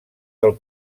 del